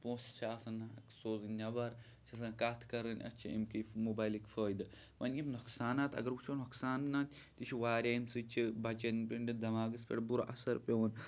پونٛسہٕ چھِ آسان سوزٕنۍ نٮ۪بَر چھِ آسان کَتھ کَرٕنۍ اَسہِ چھِ امکی موبایِلٕکۍ فٲیِدٕ وَنہِ یِم نۄقصانات اگر وٕچھو نۄقصانات یہِ چھُ واریاہ امہِ سۭتۍ چھِ بَچَن پٮ۪ٹھ دٮ۪ماغَس پٮ۪ٹھ بُرٕ اَثر پٮ۪وان